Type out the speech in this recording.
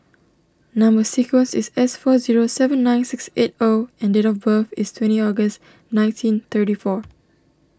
Number Sequence is S four zero seven nine six eight O and date of birth is twenty August nineteen thirty four